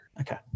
Okay